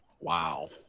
Wow